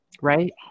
right